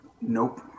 Nope